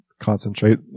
concentrate